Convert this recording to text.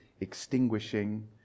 extinguishing